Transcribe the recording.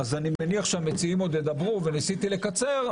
אני מניח שהמציעים עוד ידברו, וניסיתי לקצר.